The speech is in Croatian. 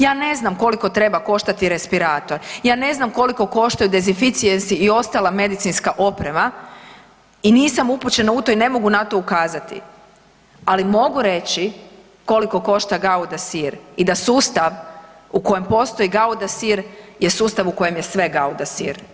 Ja ne znam koliko treba koštati respirator, ja ne znam koliko koštaju dezinficijensi i ostala medicinska oprema i nisam upućena u to i ne mogu na to ukazati, ali mogu reći koliko košta gauda sir i da sustav u kojem postoji gauda sir je sustav u kojem je sve gauda sir.